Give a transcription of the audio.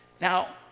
Now